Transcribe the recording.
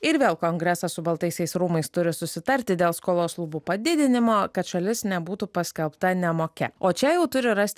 ir vėl kongresas su baltaisiais rūmais turi susitarti dėl skolos lubų padidinimo kad šalis nebūtų paskelbta nemokia o čia jau turi rasti